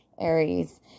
Aries